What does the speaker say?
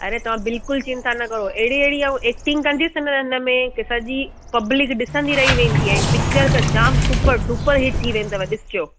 अड़े तव्हां बिल्कुलु चिंता न करियो अहिड़ी अहिड़ी ऐं एक्टिंग कंदीसि न उन में की सॼी पब्लिक ॾिसंदी रही वेंदी आहिनि पिक्चरूं त जामु सुपर डुपर हिट थी रहंदव ॾिसिजो